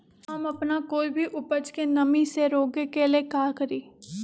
हम अपना कोई भी उपज के नमी से रोके के ले का करी?